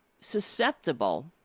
susceptible